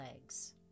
legs